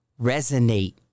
resonate